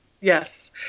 Yes